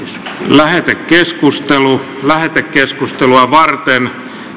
lähetekeskustelua lähetekeskustelua varten